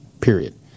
period